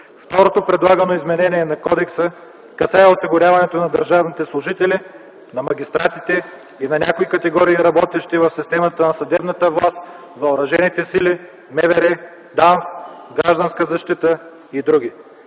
Второто предлагано изменение на Кодекса касае осигуряването на държавните служители, на магистратите и на някои категории работещи в системата на съдебната власт, въоръжените сили, МВР, ДАНС, Гражданска защита и др.